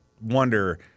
wonder